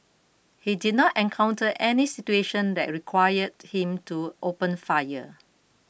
he did not encounter any situation that required him to open fire